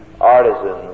artisans